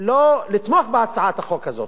לתמוך בהצעת החוק הזו